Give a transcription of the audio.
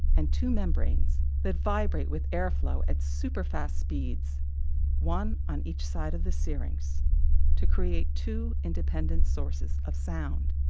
and two membranes that vibrate with airflow at superfast speeds one on each side of the syrinx to create two independent sources of sound.